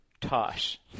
Tosh